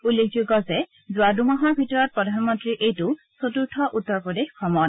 উল্লেখযোগ্য যে যোৱা দুমাহৰ ভিতৰত প্ৰধানমন্ত্ৰীৰ এইটো চতুৰ্থ উত্তৰ প্ৰদেশ ভ্ৰমণ